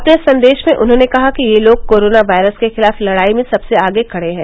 अपने संदेश में उन्होंने कहा कि ये लोग कोरोना वायरस के खिलाफ लड़ाई में सबसे आगे खड़े हैं